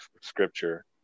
scripture